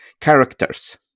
characters